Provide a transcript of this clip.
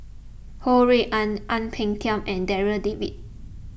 Ho Rui An Ang Peng Tiam and Darryl David